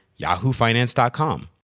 yahoofinance.com